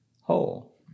whole